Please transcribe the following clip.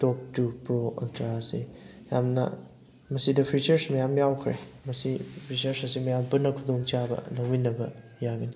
ꯇꯣꯞ two pro ultra ꯑꯁꯦ ꯌꯥꯝꯅ ꯃꯁꯤꯗ ꯐꯤꯆꯔꯁ ꯃꯌꯥꯝ ꯌꯥꯎꯈ꯭ꯔꯦ ꯃꯁꯤ ꯐꯤꯆꯔꯁ ꯑꯁꯤ ꯃꯌꯥꯝ ꯄꯨꯟꯅ ꯈꯨꯗꯣꯡꯆꯥꯕ ꯂꯧꯃꯤꯟꯅꯕ ꯌꯥꯒꯅꯤ